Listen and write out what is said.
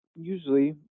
usually